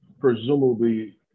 presumably